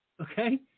Okay